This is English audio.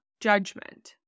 judgment